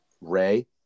Ray